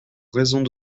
raisons